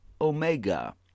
Omega